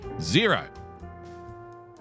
Zero